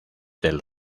del